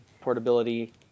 portability